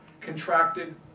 contracted